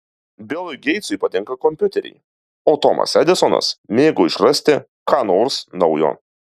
bilui geitsui patinka kompiuteriai o tomas edisonas mėgo išrasti ką nors naujo